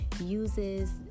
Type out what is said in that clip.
uses